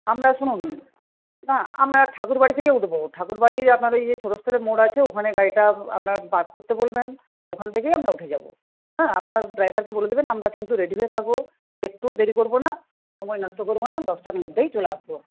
আমরা শুনুন না আমরা ঠাকুরবাড়ি থেকে উঠব ঠাকুরবাড়ির আপনার ওই যে ছোটোস্থলির মোড় আছে ওখানে গাড়িটা আপনার পার্ক করতে বলবেন ওখান থেকেই আমরা উঠে যাব আপনার ড্রাইভারকে বলে দেবেন আমরা কিন্তু রেডি হয়ে থাকব একটুও দেরি করব না সময় নষ্ট করব না দশটার মধ্যেই চলে আসব